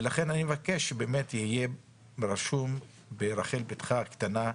לכן, אני מבקש שבאמת יהיה רשום, ברחל בתך הקטנה,